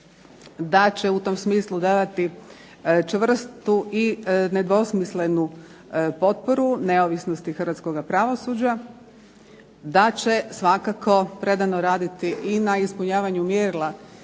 da će u tom smislu davati čvrstu i nedvosmislenu potporu neovisnosti Hrvatskoga pravosuđa. DA će svakako predano raditi na ispunjavanju mjerila